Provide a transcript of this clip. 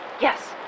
Yes